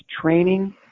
training